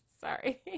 sorry